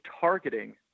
targeting